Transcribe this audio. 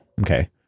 Okay